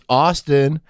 austin